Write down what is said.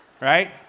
right